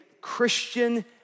Christian